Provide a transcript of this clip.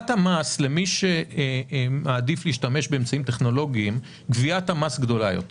למי שמעדיף להשתמש באמצעים טכנולוגיים גביית המס גדולה יותר